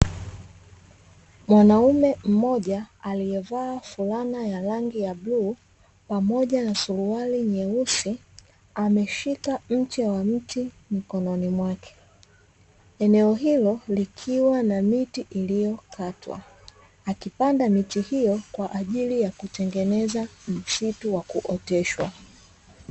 Mwanaume mmoja aliyevaa fulana ya rangi ya bluu pamoja na suruali nyeusi ameshika mche wa mti mikononi mwake, eneo hilo likiwa na miti iliyokatwa, akipanda miti hiyo kwaajili ya kutengeneza msitu wa kuoteshwa.